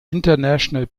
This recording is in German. international